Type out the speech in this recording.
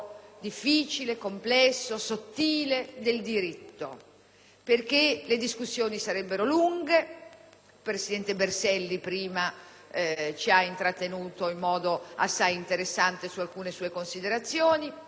Il presidente Berselli prima ci ha intrattenuto in modo assai interessante su alcune sue considerazioni. Chiedo ai colleghi per un momento di mettersi una mano sulla coscienza